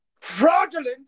Fraudulent